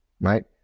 Right